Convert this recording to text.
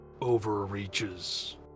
overreaches